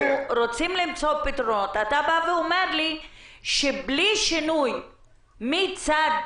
אתה אומר לי שבלי שינוי חקיקתי מצד